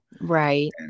Right